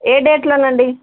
ఏ డేట్లోనండి